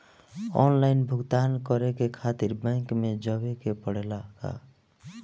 Online भुगतान करे के खातिर बैंक मे जवे के पड़ेला का?